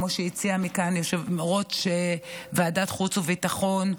כמו שהציע מכאן יושב-ראש ועדת חוץ וביטחון,